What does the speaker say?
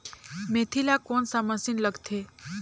मेंथी ला कोन सा महीन लगथे?